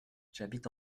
j’habite